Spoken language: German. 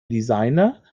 designer